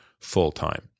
full-time